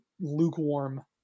lukewarm